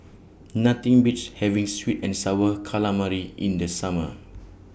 Nothing Beats having Sweet and Sour Calamari in The Summer